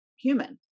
human